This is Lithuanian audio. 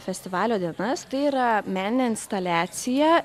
festivalio dienas tai yra meninė instaliacija